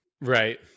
Right